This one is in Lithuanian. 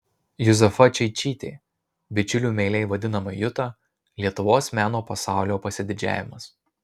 juzefa čeičytė bičiulių meiliai vadinama juta lietuvos meno pasaulio pasididžiavimas